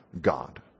God